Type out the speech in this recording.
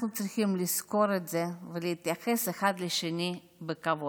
אנחנו צריכים לזכור את זה ולהתייחס אחד לשני בכבוד.